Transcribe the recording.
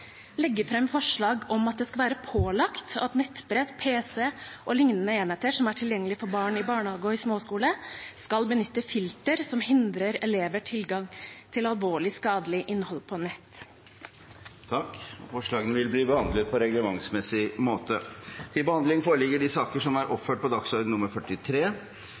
legge fram forslag om at det skal være pålagt at nettbrett, pc-er og lignende enheter som er tilgjengelige for barn i barnehagen og i småskolen, skal benytte filtre som hindrer elever tilgang til alvorlig skadelig innhold på nett. Forslagene vil bli behandlet på reglementsmessig måte. Før sakene på dagens kart tas opp til behandling,